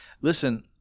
listen